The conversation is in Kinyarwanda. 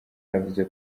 yavuze